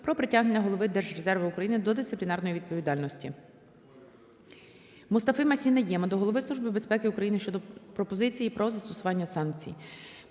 про притягнення Голови Держрезерву України до дисциплінарної відповідальності. Мустафи-Масі Найєма до Голови Служби безпеки України щодо пропозиції про застосування санкцій.